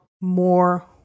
more